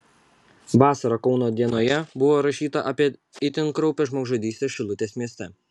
vasarą kauno dienoje buvo rašyta apie itin kraupią žmogžudystę šilutės mieste